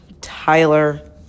Tyler